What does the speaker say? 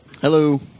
Hello